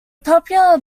popular